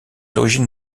origines